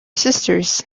sisters